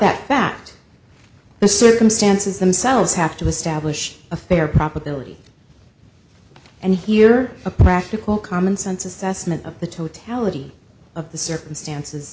that fact the circumstances themselves have to establish a fair probability and here a practical common sense assessment of the totality of the circumstances